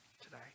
today